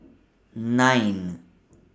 nine